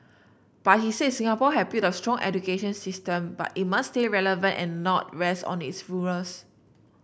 but he said Singapore have built a strong education system but it must stay relevant and not rest on its laurels